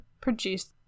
produced